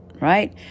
right